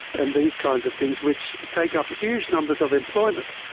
and these kinds of things, which take up huge numbers of employment.